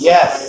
Yes